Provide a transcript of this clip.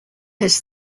has